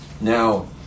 Now